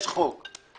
יש חוק שקיים,